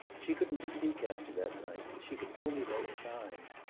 she couldn't speak after that night she could only make signs.